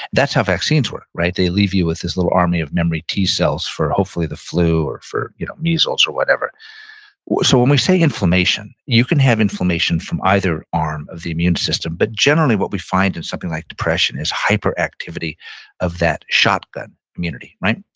that's how vaccines work, right? they leave you with this little army of memory t cells for hopefully the flu, or for you know measles or whatever so, when we say inflammation, you can have inflammation from either arm of the immune system, but generally what we find in something like depression is hyperactivity of that shotgun immunity, right?